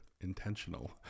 intentional